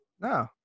No